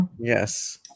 Yes